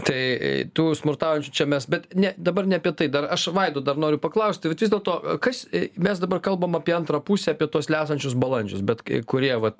tai tų smurtaujančių čia mes bet ne dabar ne apie tai dar aš vaido dar noriu paklausti vat vis dėlto kas mes dabar kalbam apie antrą pusę apie tuos lesančius balandžius bet kai kurie va